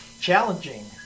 challenging